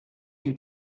you